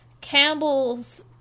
Campbell's